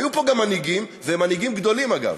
היו פה גם מנהיגים, ומנהיגים גדולים אגב,